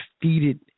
defeated